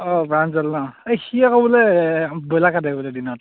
অঁ প্ৰাঞ্জল নহ্ এই সি আকৌ বোলে ব্ৰইলাৰ কাটে বোলে দিনত